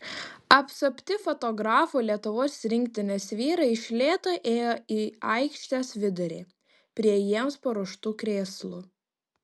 apsupti fotografų lietuvos rinktinės vyrai iš lėto ėjo į aikštės vidurį prie jiems paruoštų krėslų